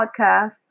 Podcasts